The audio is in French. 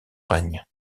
règne